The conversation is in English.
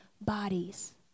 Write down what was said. bodies